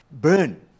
burn